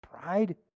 pride